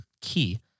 key